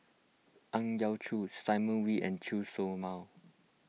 Ang Yau Choon Simon Wee and Chen Show Mao